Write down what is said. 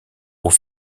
aux